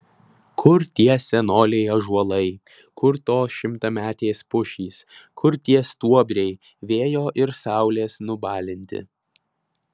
kur tie senoliai ąžuolai kur tos šimtametės pušys kur tie stuobriai vėjo ir saulės nubalinti